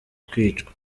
kwicwa